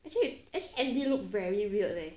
actually actually andy look very weird leh